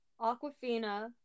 aquafina